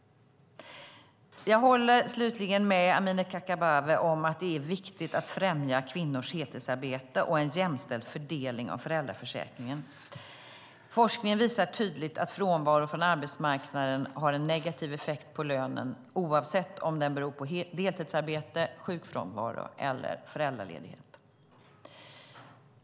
Jag håller med Amineh Kakabaveh om att det är viktigt att främja kvinnors heltidsarbete och en jämställd fördelning av föräldraförsäkringen. Forskning visar tydligt att frånvaro från arbetsmarknaden har en negativ effekt på lönen oavsett om den beror på deltidsarbete, sjukfrånvaro eller föräldraledighet.